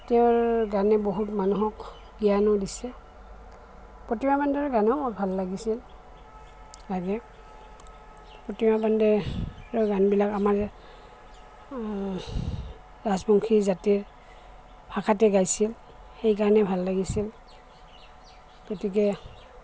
তেওঁৰ গানে বহুত মানুহক জ্ঞানো দিছে প্ৰতিমা পাণ্ডেৰ গানো মোৰ ভাল লাগিছিল লাগে প্ৰতিমা পাণ্ডেৰ গানবিলাক আমাৰ ৰাজবংশী জাতিৰ ভাষাতে গাইছিল সেই গানে ভাল লাগিছিল গতিকে